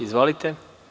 Izvolite.